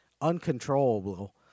uncontrollable